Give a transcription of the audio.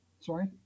Sorry